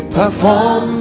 perform